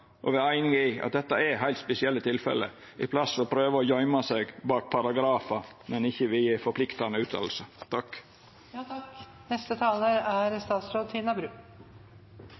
i at dette er heilt spesielle tilfelle, i staden for å prøva å gøyma seg bak paragrafar når ein ikkje vil gje forpliktande